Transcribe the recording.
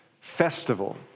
festival